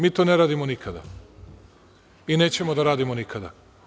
Mi to ne radimo nikada i nećemo da radimo nikada.